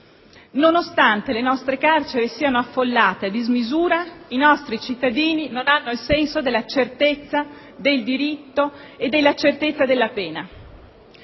Nonostante le nostre carceri siano affollate a dismisura i nostri cittadini non hanno il senso della certezza del diritto e della certezza della pena.